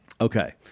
Okay